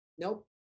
Nope